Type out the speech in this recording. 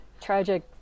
tragic